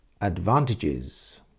Advantages